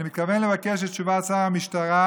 אני מתכוון לבקש את תשובת שר המשטרה,